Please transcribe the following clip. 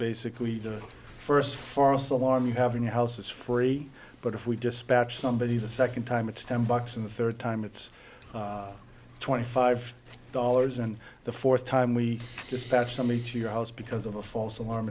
basically the first farce alarm you have in your house is free but if we dispatch somebody the second time it's ten bucks and the third time it's twenty five dollars and the fourth time we dispatch somebody to your house because of a false alarm